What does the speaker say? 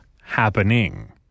happening